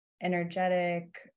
energetic